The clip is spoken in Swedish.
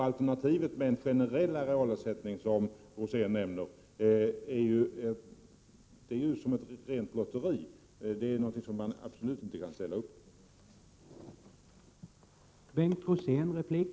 Alternativet med en generell arealersättning, som Rosén nämner, är ju ett rent lotteri — det är någonting som man absolut inte kan ställa upp på.